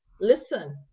listen